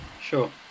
sure